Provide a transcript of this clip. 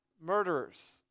murderers